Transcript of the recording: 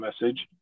message